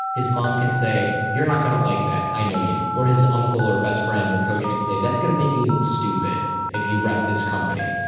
his mom can say, you're not going to like that. i know you. or his uncle, or best friend, or coach can say, that's going to make you look stupid, if you rep this company.